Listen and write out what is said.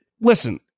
listen